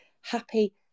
happy